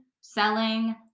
selling